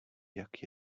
jak